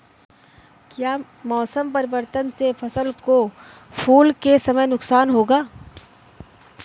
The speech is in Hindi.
क्या मौसम परिवर्तन से फसल को फूल के समय नुकसान होगा?